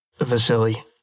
Vasily